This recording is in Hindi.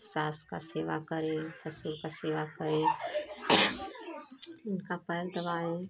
सास का सेवा करे ससुर का सेवा करे उनका पैर दबाएँ